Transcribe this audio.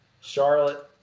Charlotte